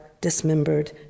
dismembered